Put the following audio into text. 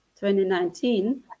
2019